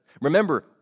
Remember